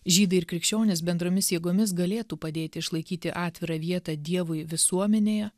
žydai ir krikščionys bendromis jėgomis galėtų padėti išlaikyti atvirą vietą dievui visuomenėje